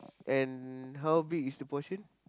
and how big is the portion